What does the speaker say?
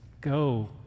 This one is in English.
go